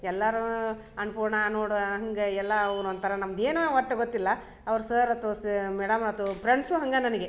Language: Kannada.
ಎಲ್ಲಾರು ಅನ್ನಪೂರ್ಣ ನೋಡು ಹಂಗ ಎಲ್ಲಾ ಅವ್ನ ಒಂಥರ ನಮ್ದು ಏನೋ ಒಟ್ಟು ಗೊತ್ತಿಲ್ಲ ಅವ್ರು ಸರ್ ತೋಸೀ ಮೇಡಮ್ ಆತು ಪ್ರೆಂಡ್ಸು ಹಂಗೆ ನನಗೆ